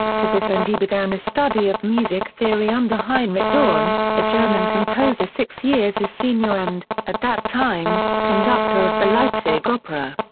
to this end he began a study of music theory under heinrich dorn, a german composer six years his senior and, at that time, conductor of the leipzig opera.